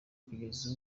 kugeza